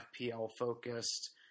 FPL-focused